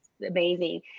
amazing